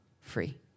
free